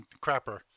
crapper